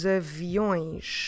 aviões